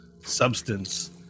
substance